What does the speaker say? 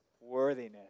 worthiness